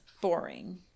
boring